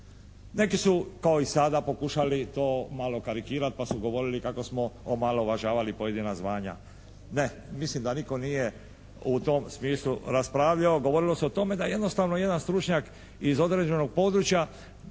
Neki su kao i sada pokušali to malo karikirati pa su govorili kako smo omalovažavali pojedina zvanja. Ne, mislim da nitko nije u tom smislu raspravljao. Govorilo se o tome da jednostavno jedan stručnjak iz određenog područja